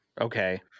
okay